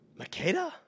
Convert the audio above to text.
Makeda